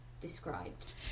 described